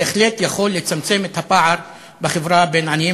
בהחלט יכול לצמצם את הפער בחברה בין עניים